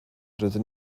rydyn